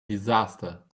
disaster